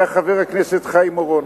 היה חבר הכנסת חיים אורון.